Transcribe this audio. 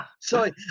Sorry